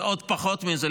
ועוד פחות מזה,